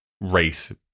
race